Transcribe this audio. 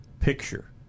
picture